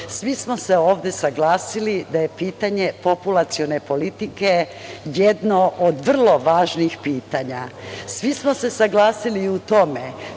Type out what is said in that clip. smo se ovde saglasili da je pitanje populacione politike jedno od vrlo važnih pitanja. Svi smo se saglasili u tome